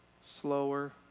slower